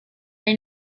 may